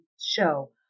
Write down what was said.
show